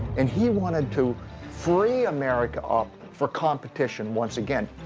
and he wanted to free america up for competition once again.